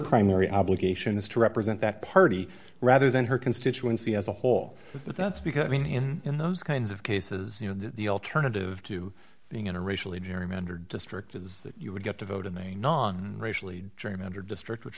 primary obligation is to represent that party rather than her constituency as a whole but that's because i mean in in those kinds of cases you know the alternative to being in a racially gerrymander district is that you would get to vote in a non racially jury member district which